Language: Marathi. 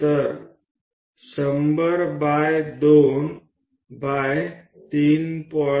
तर 100 बाय 2 बाय 3